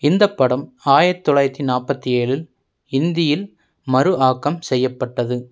இந்த படம் ஆயிரத்து தொள்ளாயிரத்து நாற்பத்தி ஏழில் இந்தியில் மறு ஆக்கம் செய்யப்பட்டது